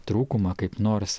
trūkumą kaip nors